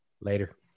Later